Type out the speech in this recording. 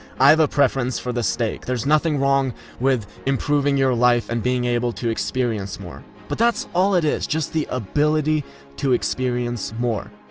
i have a preference for the steak. there's nothing wrong with improving your life and being able to experience more. but that's all it is. just the ability to experience more.